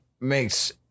Makes